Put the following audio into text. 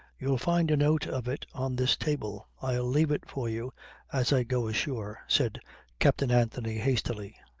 you'll find a note of it on this table. i'll leave it for you as i go ashore, said captain anthony hastily.